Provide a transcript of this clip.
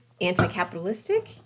anti-capitalistic